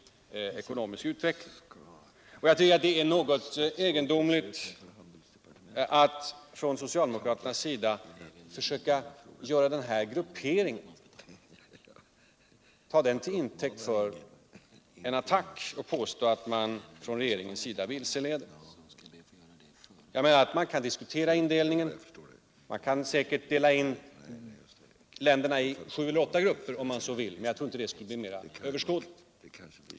vecklingsbanken amerikanska utvecklingsbanken Jag tycker att det är något egendomligt att socialdemokraterna försöker ta denna gruppering till intäkt för en attack mot regeringen för att den skulle vilseleda på denna punkt. Visst kan man diskutera indelningen - man kan säkerligen dela in länderna i sju eller åtta grupper om man så vill, men jag tror inte att det skulle bli mera överskådligt.